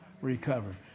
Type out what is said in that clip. recover